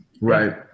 Right